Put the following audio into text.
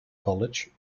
college